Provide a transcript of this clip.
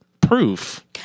proof